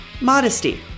modesty